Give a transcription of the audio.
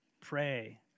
pray